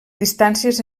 distàncies